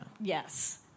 Yes